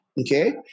okay